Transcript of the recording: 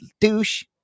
douche